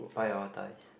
prioritise